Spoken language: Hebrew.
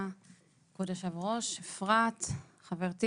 כבוד יושבת הראש אפרת חברתי,